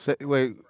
Wait